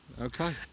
Okay